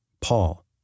Paul